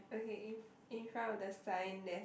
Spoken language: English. okay in front of the sign there's